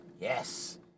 Yes